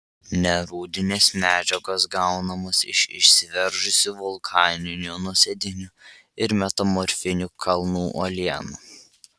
nerūdinės medžiagos gaunamos iš išsiveržusių vulkaninių nuosėdinių ir metamorfinių kalnų uolienų